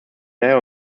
daher